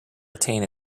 attain